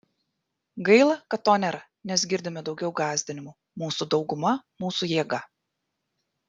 gaila kad to nėra nes girdime daugiau gąsdinimų mūsų dauguma mūsų jėga